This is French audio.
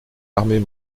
armées